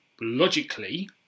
logically